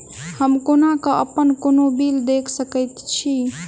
हम कोना कऽ अप्पन कोनो बिल देख सकैत छी?